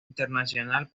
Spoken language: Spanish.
internacional